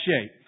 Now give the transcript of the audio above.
shape